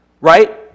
right